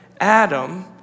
Adam